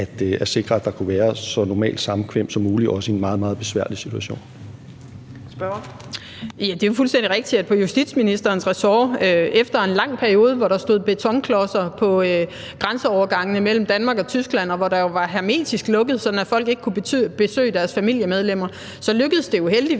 Kl. 15:35 Fjerde næstformand (Trine Torp): Spørgeren. Kl. 15:35 Ellen Trane Nørby (V): Det er jo fuldstændig rigtigt, at det jo på justitsministerens ressort – efter en lang periode, hvor der stod betonklodser på grænseovergangene mellem Danmark og Tyskland, og hvor der jo var hermetisk lukket, sådan at folk ikke kunne besøge deres familiemedlemmer – jo heldigvis